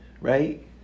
Right